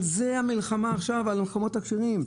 על זה המלחמה עכשיו, על המקומות הכשרים?